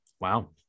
Wow